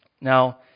Now